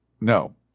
No